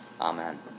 Amen